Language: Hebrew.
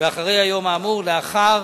ואחרי היום האמור, ולאחר